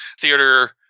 theater